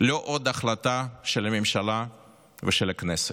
לא עוד החלטה של הממשלה והכנסת,